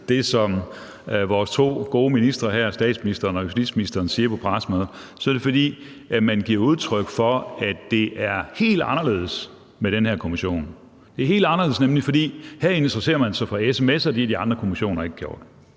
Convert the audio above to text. det, som vores to gode ministre, statsministeren og justitsministeren, siger på pressemødet, er misvisende, så er det, fordi man giver udtryk for, at det er helt anderledes med den her kommission. Det er helt anderledes, fordi man her interesserer sig for sms'er, og det har de andre kommissioner ikke gjort.